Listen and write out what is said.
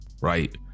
right